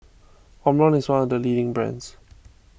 Omron is one of the leading brands